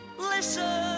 Listen